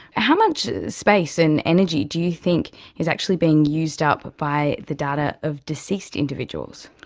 how much space and energy do you think is actually being used up by the data of deceased individuals?